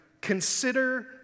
consider